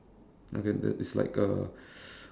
okay the it's like a